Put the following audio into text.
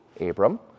Abram